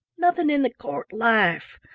nothing in the court life.